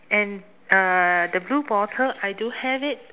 and uh the blue bottle I do have it